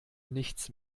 nichts